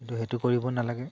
কিন্তু সেইটো কৰিব নালাগে